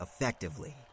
effectively